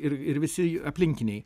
ir ir visi aplinkiniai